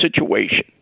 situation